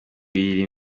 ibiri